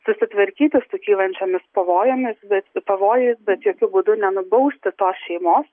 susitvarkyti su kylančiomis pavojomis bet pavojais bet jokiu būdu nenubausti tos šeimos